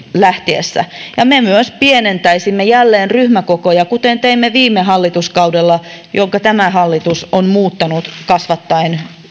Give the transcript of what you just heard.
lähtiessä me myös pienentäisimme jälleen ryhmäkokoja kuten teimme viime hallituskaudella sen tämä hallitus on muuttanut ja kasvattanut